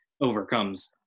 overcomes